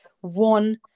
one